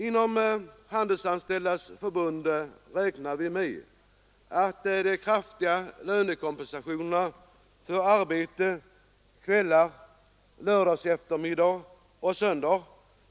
Inom Handelsanställdas förbund räknade vi med att de kraftiga lönekompensationerna för arbete kvällar, lördagseftermiddagar och söndagar